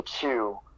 Two